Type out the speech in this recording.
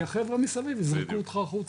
כי החבר'ה מסביב, יזרקו אותך החוצה,